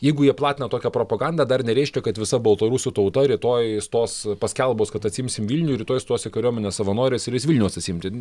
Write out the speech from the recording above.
jeigu jie platina tokią propagandą dar nereiškia kad visa baltarusių tauta rytoj stos paskelbus kad atsiimsim vilnių rytoj stos į kariuomenę savanoriais ir eis vilniaus atsiimti